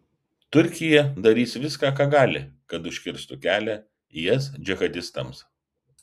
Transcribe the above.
turkija darys viską ką gali kad užkirstų kelią is džihadistams